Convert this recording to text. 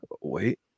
Wait